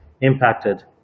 impacted